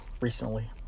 recently